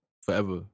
forever